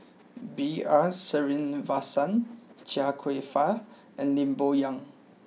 B R Sreenivasan Chia Kwek Fah and Lee Boon Yang